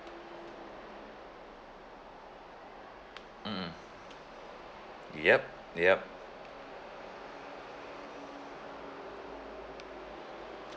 mmhmm yup yup